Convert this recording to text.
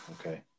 okay